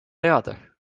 teada